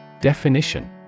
Definition